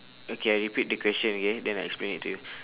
okay I repeat the question okay then I explain it to you